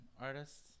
artists